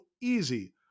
easy